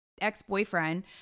ex-boyfriend